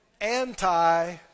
anti